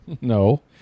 No